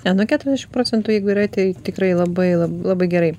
ne nu keturiasdešim procentų jeigu yra tai tikrai labai la labai gerai